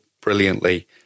brilliantly